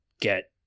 get